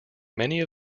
many